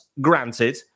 granted